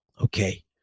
Okay